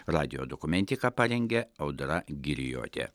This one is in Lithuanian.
radijo dokumentiką parengė audra girijotė